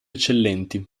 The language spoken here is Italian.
eccellenti